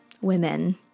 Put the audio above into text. women